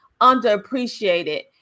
underappreciated